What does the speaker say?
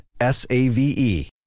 S-A-V-E